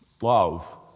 Love